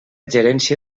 gerència